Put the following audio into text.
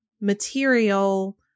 material